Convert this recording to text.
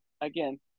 again